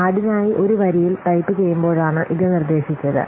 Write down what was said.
കാർഡിനായി ഒരു വരിയിൽ ടൈപ്പുചെയ്യുമ്പോഴാണ് ഇത് നിർദ്ദേശിച്ചത്